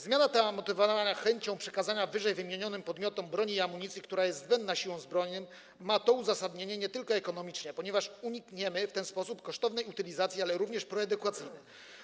Zmiana ta, motywowana chęcią przekazania ww. podmiotom broni i amunicji, która jest zbędna Siłom Zbrojnym, ma uzasadnienie nie tylko ekonomiczne, ponieważ unikniemy w ten sposób kosztownej utylizacji, ale również proedukacyjne.